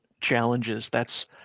challenges—that's